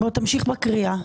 תמשיך בהקראה.